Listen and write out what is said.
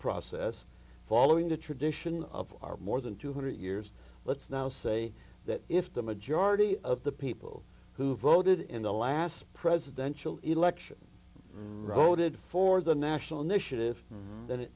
process following the tradition of our more than two hundred years let's now say that if the majority of the people who voted in the last presidential election voted for the national